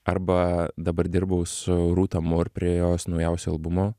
arba dabar dirbau su rūta mur prie jos naujausio albumo